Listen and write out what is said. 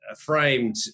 framed